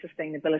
sustainability